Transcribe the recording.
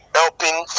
helping